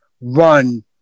run